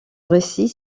récit